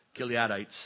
Gileadites